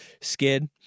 skid